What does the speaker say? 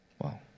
Wow